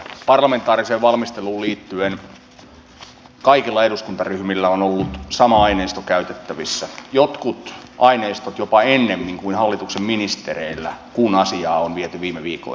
parlamentaariseen valmisteluun liittyen kaikilla eduskuntaryhmillä on ollut sama aineisto käytettävissään jotkut aineistot jopa ennemmin kuin hallituksen ministereillä kun asiaa on viety viime viikkoina eteenpäin